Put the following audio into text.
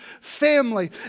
family